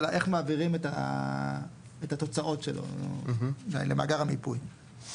אלא איך מעבירים את התוצאות שלו למאגר המיפוי.